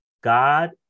God